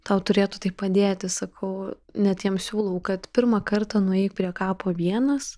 tau turėtų tai padėti sakau net jam siūlau kad pirmą kartą nueik prie kapo vienas